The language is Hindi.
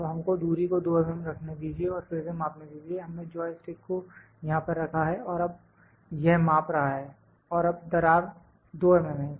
अब हमको दूरी को 2 mm रखने दीजिए और फिर से मापने दीजिए हमने जॉय स्टिक को यहां पर रखा है और अब यह माप रहा है और अब दरार 2 mm है